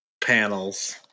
panels